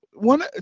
One